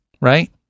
right